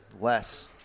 less